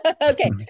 Okay